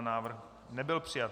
Návrh nebyl přijat.